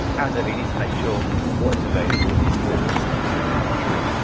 as ever, you need to make sure what is available in your particular country.